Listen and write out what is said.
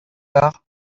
par